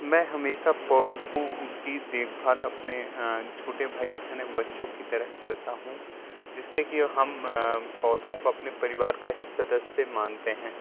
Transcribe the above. मैं हमेशा पौधों की देखभाल अपने छोटे भाई बहने बच्चों की तरह करता हूँ जिससे की हम पौधों को अपने परिवार का ही सदस्य मानते हैं